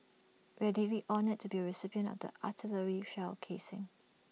we are deeply honoured to be A recipient of the artillery shell casing